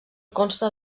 consta